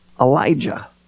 Elijah